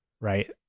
right